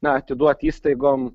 na atiduot įstaigom